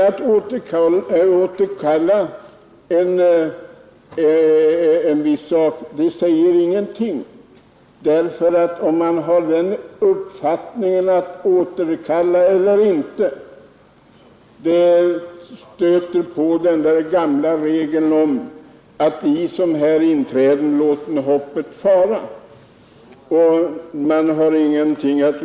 Att många återkallar sin ansökan om vapenfri tjänst för tanken till den gamla satsen: I som här inträden, låten hoppet fara! Man kan ingenting göra.